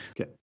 Okay